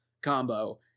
combo